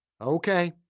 Okay